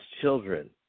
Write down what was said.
children